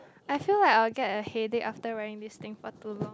I feel like I'll get a headache after wearing this thing for too long